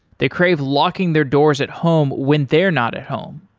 they crave locking their doors at home when they're not at home.